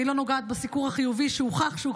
אני לא נוגעת בסיקור החיובי, שכבר